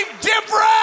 different